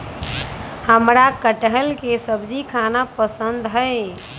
हमरा कठहल के सब्जी खाना पसंद हई